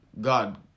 God